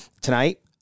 tonight